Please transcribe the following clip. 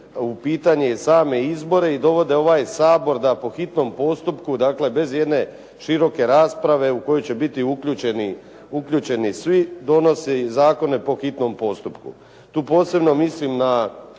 u pitanje same izbore i dovode ovaj Sabor da po hitnom postupku, dakle, bez jedne široke rasprave u kojoj će biti uključeni svi, donose i zakone po hitnom postupku. Tu posebno mislim na